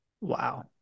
wow